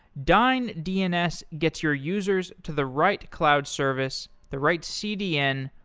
dyn dns gets your users to the right cloud service, the right cdn,